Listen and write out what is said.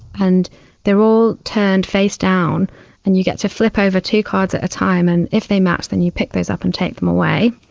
and they are all turned face-down and you get to flip over two cards at a time, and if they match then you pick those up and take them away.